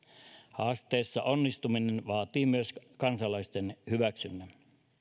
haasteessa onnistuminen vaatii myös kansalaisten hyväksynnän